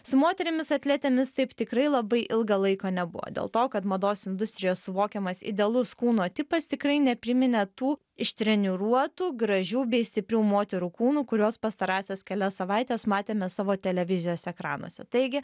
su moterimis atletėmis taip tikrai labai ilgą laiko nebuvo dėl to kad mados industrijos suvokiamas idealus kūno tipas tikrai nepriminė tų ištreniruotų gražių bei stiprių moterų kūnų kuriuos pastarąsias kelias savaites matėme savo televizijos ekranuose taigi